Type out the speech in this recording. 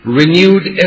renewed